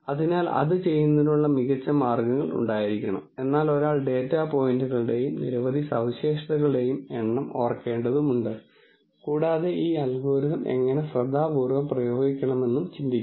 അതിനാൽ അത് ചെയ്യുന്നതിനുള്ള മികച്ച മാർഗങ്ങൾ ഉണ്ടായിരിക്കണം എന്നാൽ ഒരാൾ ഡാറ്റാ പോയിന്റുകളുടെയും നിരവധി സവിശേഷതകളുടെയും എണ്ണം ഓർക്കേണ്ടതുണ്ട് കൂടാതെ ഈ അൽഗോരിതം എങ്ങനെ ശ്രദ്ധാപൂർവ്വം പ്രയോഗിക്കണമെന്നും ചിന്തിക്കണം